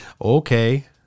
Okay